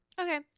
Okay